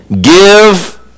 Give